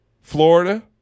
Florida